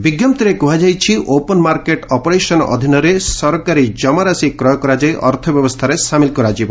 ବିଜ୍ଞପ୍ତିରେ କୁହାଯାଇଛି open market operation ଅଧୀନରେ ସରକାରୀ ଜମାରାଶି କ୍ରୟ କରାଯାଇ ଅର୍ଥ ବ୍ୟବସ୍ଥାରେ ସାମିଲ କରାଯିବ